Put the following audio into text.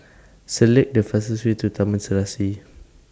Select The fastest Way to Taman Serasi